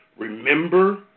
Remember